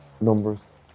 numbers